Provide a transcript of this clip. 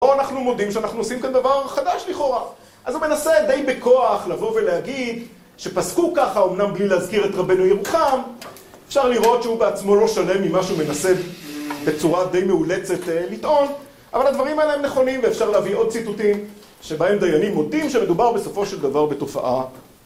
‫פה אנחנו מודים שאנחנו עושים כאן ‫דבר חדש לכאורה. ‫אז הוא מנסה די בכוח לבוא ולהגיד ‫שפסקו ככה, ‫אומנם בלי להזכיר את רבנו ירוחם, ‫אפשר לראות שהוא בעצמו לא שלם ‫ממה שהוא מנסה בצורה די מאולצת לטעון, ‫אבל הדברים האלה הם נכונים ‫ואפשר להביא עוד ציטוטים ‫שבהם דיינים מודים ‫שמדובר בסופו של דבר בתופעה.